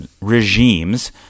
regimes